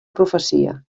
profecia